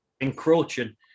encroaching